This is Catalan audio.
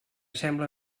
sembla